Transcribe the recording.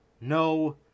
no